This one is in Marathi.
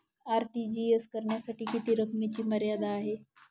आर.टी.जी.एस करण्यासाठी किती रकमेची मर्यादा आहे?